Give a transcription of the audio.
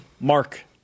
mark